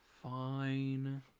Fine